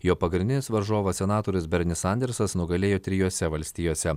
jo pagrindinis varžovas senatorius bernis sandersas nugalėjo trijose valstijose